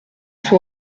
son